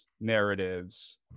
narratives